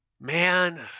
man